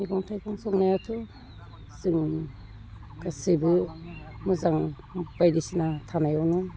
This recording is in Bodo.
मैगं थाइगं संनायाथ' जोंनि गासैबो मोजां बायदिसिना थानायावनो